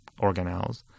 organelles